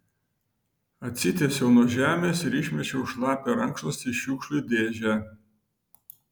atsitiesiau nuo žemės ir išmečiau šlapią rankšluostį į šiukšlių dėžę